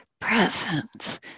presence